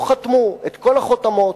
לא חתמו את כל החותמות,